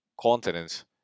continents